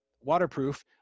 waterproof